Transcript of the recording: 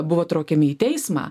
buvo traukiami į teismą